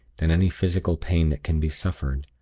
than any physical pain that can be suffered.